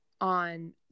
on